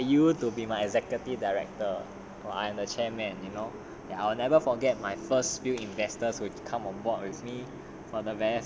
I will invite you to be my executive director but I'm the chairman and you know and I will never forget my first few investors who come on board with me